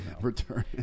Return